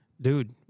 dude